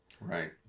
Right